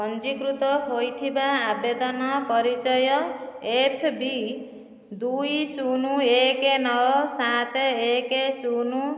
ପଞ୍ଜୀକୃତ ହୋଇଥିବା ଆବେଦନ ପରିଚୟ ଏଫ୍ ବି ଦୁଇ ଶୂନ ଏକ ନଅ ସାତ ଏକେ ଶୂନ